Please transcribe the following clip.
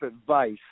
advice